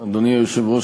היושב-ראש,